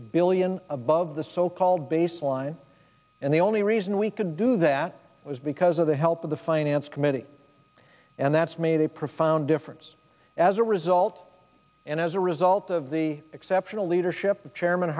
billion above the so called baseline and the only reason we could do that was because of the help of the finance committee and that's made a profound difference as a result and as a result of the exceptional leadership of chairman